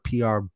PR